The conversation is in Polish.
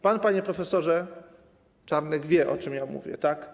Pan, panie prof. Czarnek, wie, o czym ja mówię, tak?